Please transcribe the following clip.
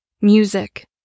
music